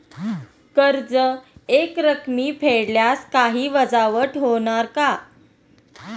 कर्ज एकरकमी फेडल्यास काही वजावट होणार का?